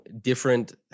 different